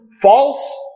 false